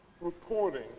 reporting